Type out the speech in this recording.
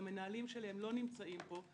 והמנהלים שלהם לא נמצאים פה,